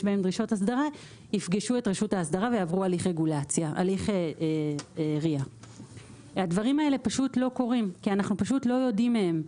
בהם דרישות אסדרה ייפגשו את רשות האסדרה ויעברו הליך RIA. הדברים האלה פשוט לא קורים כי אנחנו פשוט לא יודעים מהם.